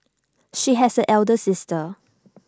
she has an elder sister